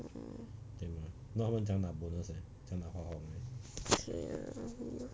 mm 对啊